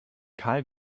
kahl